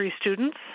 students